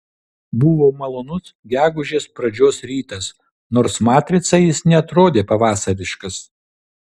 buvo malonus gegužės pradžios rytas nors matricai jis neatrodė pavasariškas